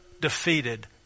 defeated